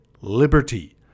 liberty